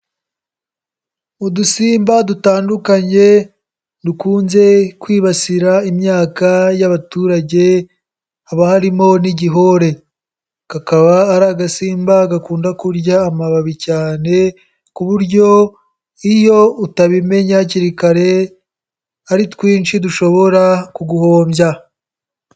Udusimba dutandukanye dukunze kwibasira imyaka y'abaturage haba harimo n'igihore. Kakaba ari agasimba gakunda kurya amababi cyane, ku buryo iyo utabimenye hakiri kare ari twinshi dushobora kuguhombya.